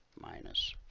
minus